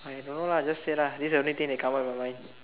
I know lah just say lah this is the only thing that come out in my mind